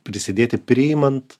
prisidėti priimant